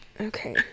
okay